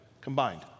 combined